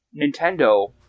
Nintendo